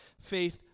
faith